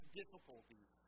difficulties